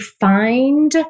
find